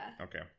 okay